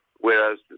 Whereas